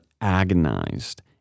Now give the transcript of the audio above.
agonized